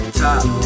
top